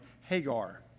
Hagar